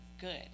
good